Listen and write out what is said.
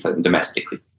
domestically